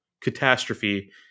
catastrophe